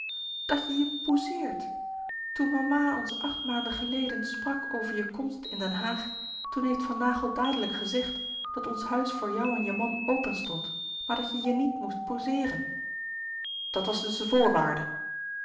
dat je je pousseert toen mama ons acht maanden geleden sprak over je komst in den haag toen heeft van naghel dadelijk gezegd dat ons huis voor jou en je man open stond maar dat je je niet moest pousseeren dat was dus de voorwaarde